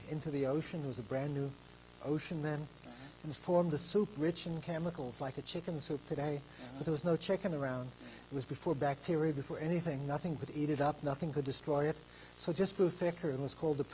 into the ocean was a brand new ocean then in the form the super rich and chemicals like a chicken soup today there was no chicken around was before bacteria before anything nothing but eat it up nothing could destroy it so just grew thicker it was called the